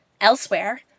Elsewhere